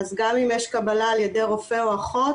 אז גם אם יש קבלה על ידי רופא או אחות,